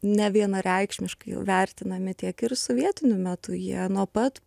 nevienareikšmiškai vertinami tiek ir sovietiniu metu jie nuo pat